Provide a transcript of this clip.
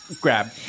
Grab